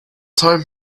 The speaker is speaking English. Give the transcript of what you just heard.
time